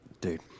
dude